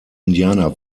indianer